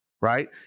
Right